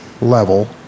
level